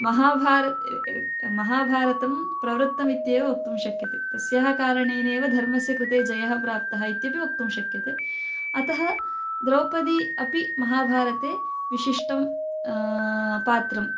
महाभारतं महाभारतं प्रवृत्तम् इत्येव वक्तुं शक्यते तस्याः कारणेनैव धर्मस्य कृते जयः प्राप्तः इत्यपि वक्तुं शक्यते अतः द्रौपदी अपि महाभारते विशिष्टं पात्रम्